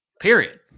period